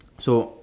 so